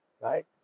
Right